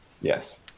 Yes